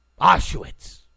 Auschwitz